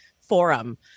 forum